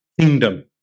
kingdom